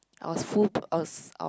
I was I was I